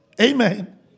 Amen